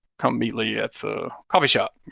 come meet lee at the coffee shop.